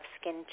skin